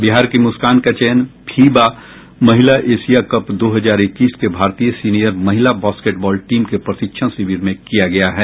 बिहार की मुस्कान का चयन फीबा महिला एशिया कप दो हजार इक्कीस के भारतीय सीनियर महिला बास्केट बॉल टीम के प्रशिक्षण शिविर में किया गया है